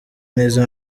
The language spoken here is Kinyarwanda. neza